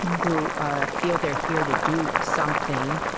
who ah feel they're here to do something,